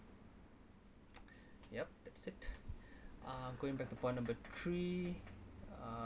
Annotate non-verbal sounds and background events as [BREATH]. [NOISE] yup that's it [BREATH] um going back to point number three uh